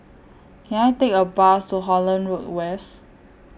Can I Take A Bus to Holland Road West